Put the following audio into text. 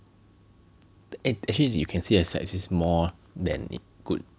ac~ actually you can see the sides is more than good